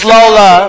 Lola